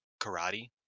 karate